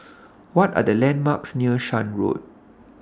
What Are The landmarks near Shan Road